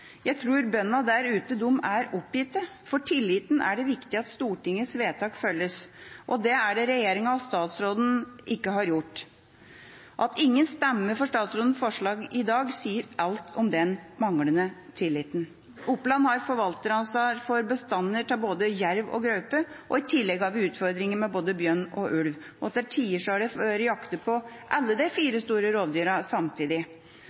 Jeg tror bøndene der ute er oppgitt. For tilliten er det viktig at Stortingets vedtak følges, og det er det regjeringa og statsråden ikke har gjort. At ingen stemmer for statsrådens forslag i dag, sier alt om den manglende tilliten. Oppland har forvalteransvar for bestander av både jerv og gaupe, og i tillegg har vi utfordringer med både bjørn og ulv. Til tider har det vært jaktet på alle de fire store rovdyra samtidig.